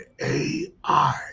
AI